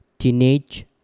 Teenage